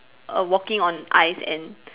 err walking on ice and